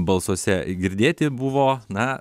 balsuose girdėti buvo na